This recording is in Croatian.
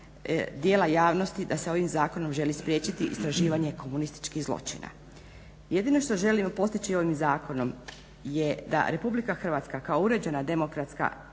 dijela javnosti da se ovim Zakonom želi spriječiti istraživanje komunističkih zločina. Jedino što želimo postići ovim zakonom je da Republika Hrvatska kao uređena demokratska